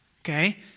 okay